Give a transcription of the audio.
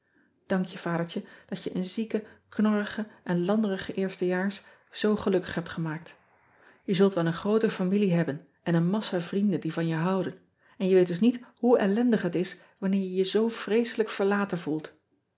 ank je adertje dat je een zieke knorrige en landerige eerste jaars zoo gelukkig hebt gemaakt e zult wel een groote familie hebben en een massa vrienden die van je houden en je weet dus niet hoe ellendig het is wanneer je je zoo vreeselijk verlaten voelt